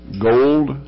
gold